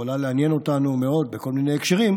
שיכולה לעניין אותנו מאוד בכל מיני הקשרים,